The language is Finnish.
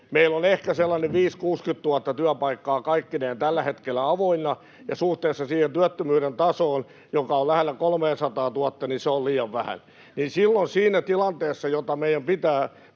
sellainen 50 000—60 000 työpaikkaa kaikkineen tällä hetkellä avoinna, ja suhteessa siihen työttömyyden tasoon, joka on lähellä 300 000:ta, se on liian vähän. Silloin siinä tilanteessa se, mitä meidän pitää